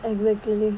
exactly